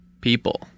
People